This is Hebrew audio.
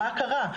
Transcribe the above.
מה קרה?